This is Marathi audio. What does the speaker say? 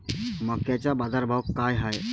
मक्याचा बाजारभाव काय हाय?